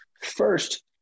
first